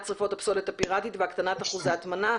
שריפות הפסולת הפירטית והקטנת אחוזי ההטמנה.